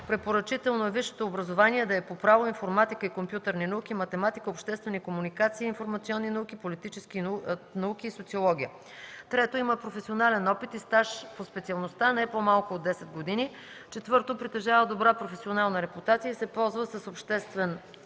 препоръчително е висшето образование да е по право, информатика и компютърни науки, математика, обществени комуникации и информационни науки, политически науки и социология; 3. има професионален опит и стаж по специалността не по-малко от 10 години; 4. притежава добра професионална репутация и се ползва с обществен